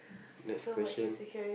next question